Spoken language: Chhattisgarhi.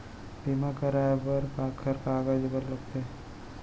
बीमा कराय बर काखर कागज बर लगथे?